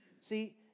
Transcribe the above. See